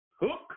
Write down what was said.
Hook